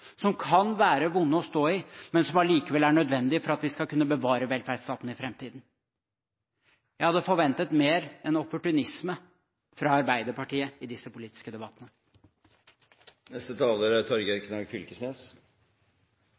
som kan være vonde å stå i, men som likevel er nødvendige for at vi skal kunne bevare velferdsstaten i framtiden. Jeg hadde forventet mer enn opportunisme fra Arbeiderpartiet i disse politiske